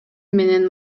менен